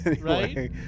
right